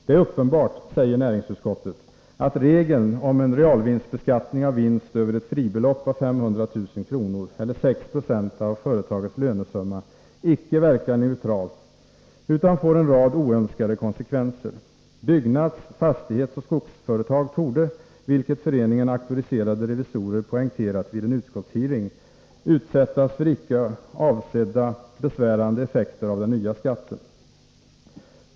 Det är uppenbart, säger näringsutskottet, att regeln om en realvinstbeskattning av vinst över ett fribelopp av 500 000 kr. eller 6 20 av företagets lönesumma icke verkar neutralt utan får en rad oönskade konsekvenser. Byggnads-, fastighetsoch skogsföretag torde, vilket Föreningen Auktoriserade revisorer poängterat vid en utskottshearing, utsättas för icke avsedda besvärande effekter av den nya skatten.